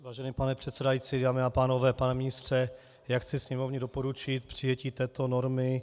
Vážený pane předsedající, dámy a pánové, pane ministře, chci Sněmovně doporučit přijetí této normy.